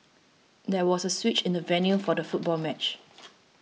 there was a switch in the venue for the football match